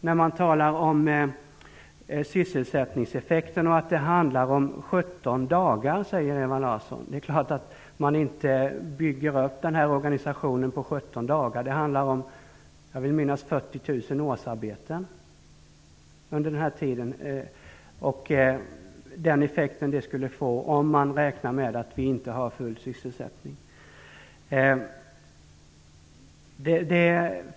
När man talar om sysselsättningseffekterna säger Ewa Larsson att det handlar om 17 dagar. Det är klart att man inte bygger upp den här organisationen på 17 dagar. Jag vill minnas att det handlar om 40 000 årsarbeten under denna tid. Det är den effekt det skulle få om vi räknar med att vi inte har full sysselsättning.